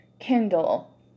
Kindle